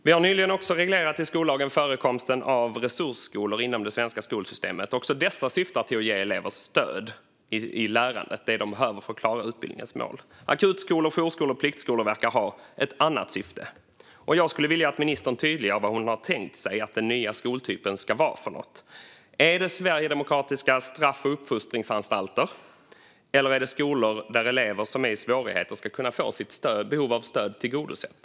Vi har nyligen också reglerat i skollagen förekomsten av resursskolor inom det svenska skolsystemet. Också dessa syftar till att ge elever stöd i lärandet för att klara utbildningens mål. Akutskolor, jourskolor och pliktskolor verkar ha ett annat syfte. Jag skulle vilja att ministern tydliggör vad hon har tänkt sig att den nya skoltypen ska vara, nämligen om det ska vara sverigedemokratiska straff och uppfostringsanstalter eller om det är skolor där en elev som är i svårigheter ska få sitt behov av stöd tillgodosett.